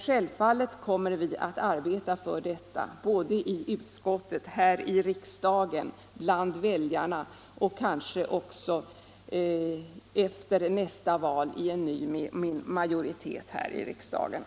Självfallet kommer vi emellertid att arbeta för detta både i utskottet, bland väljarna och i riksdagen — efter nästa val kanske också i en ny majoritet här.